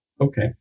okay